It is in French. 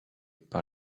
par